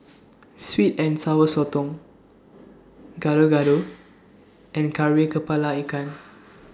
Sweet and Sour Sotong Gado Gado and Kari Kepala Ikan